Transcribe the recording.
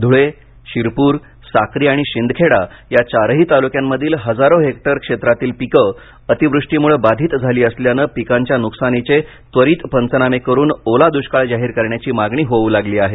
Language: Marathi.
ध्रळे शिरपूर साक्री आणि शिंदखेडा या चारही तालुक्यांमधील हजारो हेक्टर क्षेत्रातील पिके अतीवृष्टीमुळे बाधित झाली असल्याने पिकांच्या नुकसानींचे त्वरीत पंचनामे करुन ओला दुष्काळ जाहीर करण्याची मागणी होवू लागली आहे